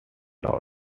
loud